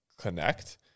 connect